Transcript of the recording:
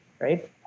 right